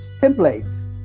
templates